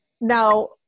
Now